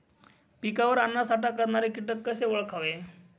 पिकावर अन्नसाठा करणारे किटक कसे ओळखावे?